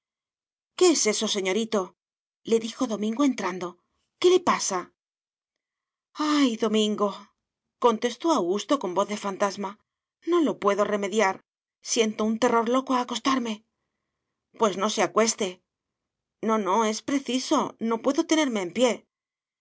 qué es eso señoritole dijo domingo entrando qué le pasa ay domingocontestó augusto con voz de fantasma no lo puedo remediar siento un terror loco a acostarme pues no se acueste no no es preciso no puedo tenerme en pie